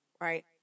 right